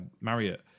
Marriott